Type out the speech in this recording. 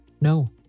No